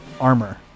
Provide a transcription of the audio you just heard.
armor